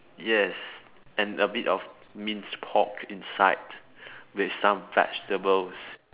yes and a bit of minced pork inside with some vegetables